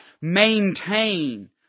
maintain